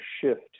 shift